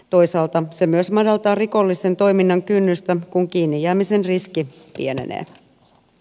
toisaalta se myös madaltaa rikollisen toiminnan kynnystä kun kiinni jäämisen riski pienenee